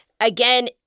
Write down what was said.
again